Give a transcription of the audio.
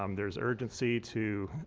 um there's urgency to